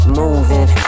moving